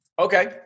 Okay